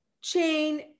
chain